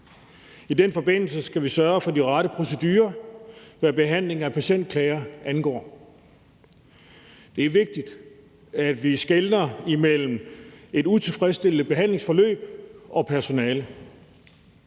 I den forbindelse skal vi sørge for de rette procedurer, hvad behandling af patientklager angår. Det er vigtigt, at vi skelner imellem et utilfredsstillende behandlingsforløb og personalet.